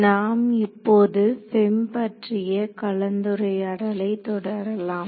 நாம் இப்போது FEM பற்றிய கலந்துரையாடலை தொடரலாம்